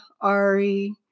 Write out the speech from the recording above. Ari